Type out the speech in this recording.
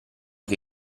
che